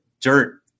dirt